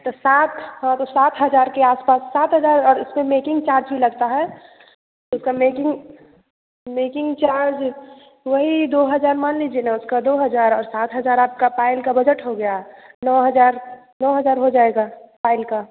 तो सात हाँ तो सात हज़ार के आस पास सात हज़ार और उसमें मेकिंग चार्ज भी लगता है इसका मेकिंग मेकिंग चार्ज वही दो हजार मान लीजिए ना उसका दो हज़ार और सात हज़ार आपका पायल का बजट हो गया नौ हज़ार नौ हज़ार हो जाएगा पायल का